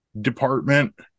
department